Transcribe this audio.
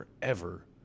forever